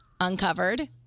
uncovered